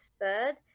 third